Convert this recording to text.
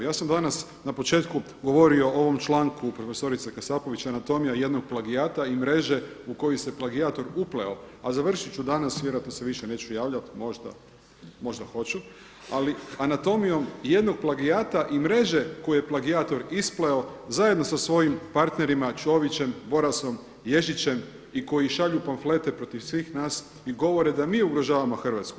Ja sam danas na početku govorio o ovom članku profesorice Kasapović Anatomija jednog plagijata i mreže u koju se plagijator upleo, a završit ću danas vjerojatno se više neću javljati možda, možda hoću, ali anatomijom jednog plagijata i mreže koju je plagijator ispleo zajedno sa svojim partnerima Ćovićem, Borasom, Ježićem i koji šalju pamflete protiv svih nas i govore da mi ugrožavamo Hrvatsku.